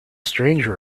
stranger